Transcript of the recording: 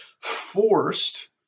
forced